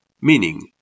Meaning